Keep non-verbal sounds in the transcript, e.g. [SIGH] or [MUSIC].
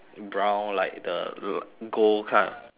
brown like the [NOISE] gold